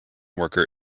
worker